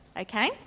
okay